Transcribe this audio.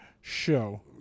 show